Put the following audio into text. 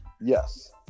Yes